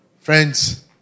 Friends